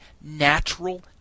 natural